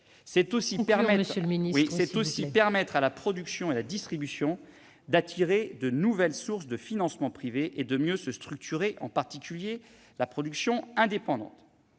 C'est aussi permettre à la production et à la distribution d'attirer de nouvelles sources de financement privé et de mieux se structurer ; je pense en particulier à la production indépendante.